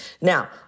Now